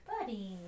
Buddy